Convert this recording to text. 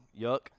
Yuck